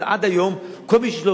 אבל עד היום כל מי שיש לו